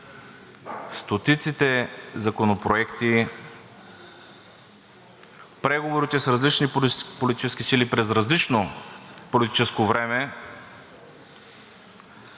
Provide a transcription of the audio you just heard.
стотиците законопроекти, преговорите с различни политически сили през различно политическо време,